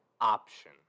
option